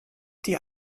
die